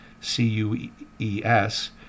c-u-e-s